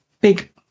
big